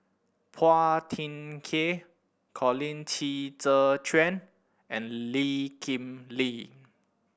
Phua Thin Kiay Colin Qi Zhe Quan and Lee Kip Lin